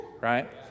right